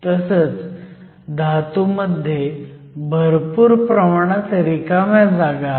तसंच धातूमध्ये भरपूर प्रमाणात रिकाम्या जागा आहेत